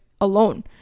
alone